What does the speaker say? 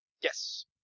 Yes